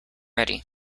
ready